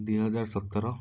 ଦୁଇ ହଜାର ସତର